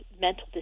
mental